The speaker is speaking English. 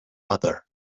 other